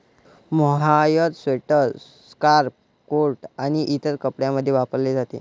mohair sweater, scarf, coat आणि इतर कपड्यांमध्ये वापरले जाते